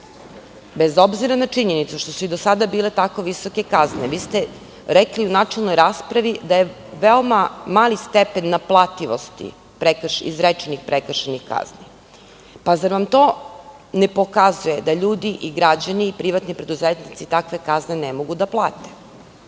bez obzira na činjenicu što su i do sada bile tako visoke kazne. Rekli ste u načelnoj raspravi da je veoma mali stepen naplativosti prekršajnih izrečenih kazni. Zar vam to ne pokazuje da ljudi i građani i privatni preduzetnici takve kazne ne mogu da